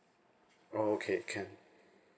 okay can